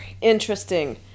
Interesting